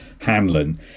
Hamlin